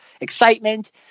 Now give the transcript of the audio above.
excitement